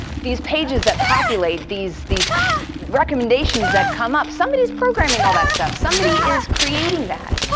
these pages that populate, these these recommendations that come up, somebody is programming all that stuff. somebody is creating that.